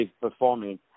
performing